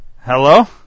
Hello